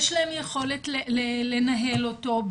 יש להם יכולת לנהל אותו,